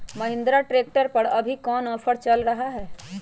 Mahindra tractor पर अभी कोन ऑफर चल रहा है?